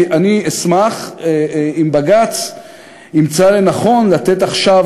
כי אני אשמח אם בג"ץ ימצא לנכון לתת עכשיו